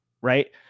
right